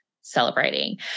celebrating